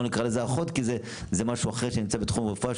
כי זה משהו אחר שנמצא בתחום הרפואה,